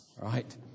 right